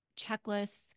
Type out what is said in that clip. checklists